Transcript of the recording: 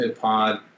pod